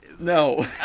no